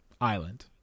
Island